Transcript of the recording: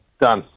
done